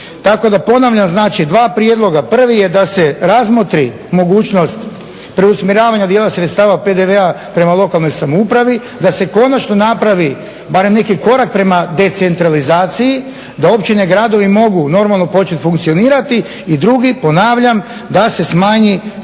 Tako da ponavljam, znači, dva prijedloga. Prvi je da se razmotri mogućnost preusmjeravanja djela sredstava PDV-a prema lokalnoj samoupravi, da se konačno napravi barem neki korak prema decentralizaciji, da općine gradovi mogu normalno početi funkcionirati. I drugi, ponavljam, da se smanji